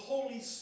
Holy